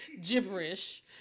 gibberish